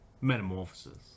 Metamorphosis